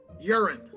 urine